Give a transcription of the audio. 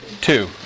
Two